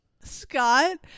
Scott